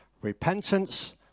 Repentance